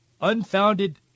unfounded